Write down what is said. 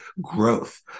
growth